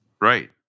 Right